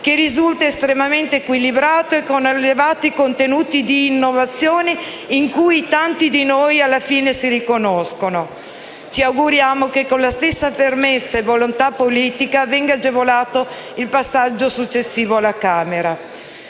che risulta estremamente equilibrato e con elevati contenuti di innovazione in cui tanti di noi alla fine si riconoscono. Ci auguriamo che, con la stessa fermezza e volontà politica, venga agevolato il passaggio successivo alla Camera.